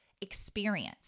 experience